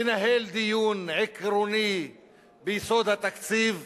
לנהל דיון עקרוני ביסוד התקציב,